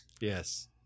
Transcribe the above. Yes